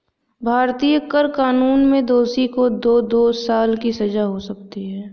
भारतीय कर कानून में दोषी को दो साल की सजा हो सकती है